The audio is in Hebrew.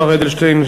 השר אדלשטיין,